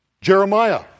Jeremiah